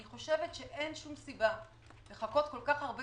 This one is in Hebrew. אני חושבת שאין שום סיבה לחכות כל כך הרבה